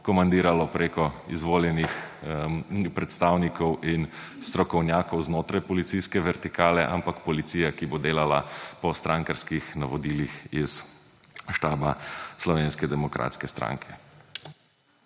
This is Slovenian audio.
komandiralo preko izvoljenih predstavnikov in strokovnjakov znotraj policijske vertikale, ampak policija, ki bo delala po strankarskih navodilih iz štaba Slovenske demokratske stranke.